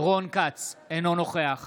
אינו נוכח